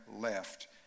left